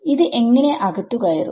ഇത് എങ്ങനെ അകത്തു കയറും